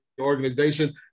organization